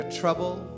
trouble